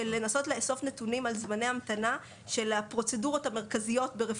לנסות לאסוף נתונים על זמני המתנה של הפרוצדורות המרכזיות ברפואה.